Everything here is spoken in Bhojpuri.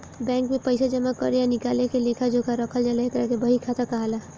बैंक में पइसा जामा करे आ निकाले के लेखा जोखा रखल जाला एकरा के बही खाता कहाला